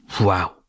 wow